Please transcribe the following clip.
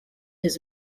his